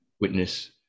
witness